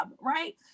right